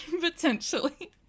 Potentially